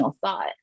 thought